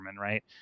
Right